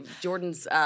Jordan's